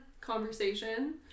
conversation